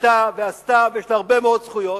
שבנתה ועשתה ויש לה הרבה מאוד זכויות,